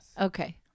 Okay